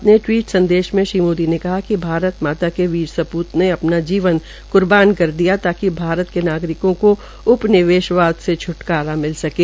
अपने टवीट संदेश में श्री मोदी ने कहा कि भारत माता के वीर सपूत ने अपना जीवन क्र्बान कर दिया ताकि भारत के नागरिकों को उपनिवेशवाद से छ्टकारा मिल सकें